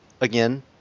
again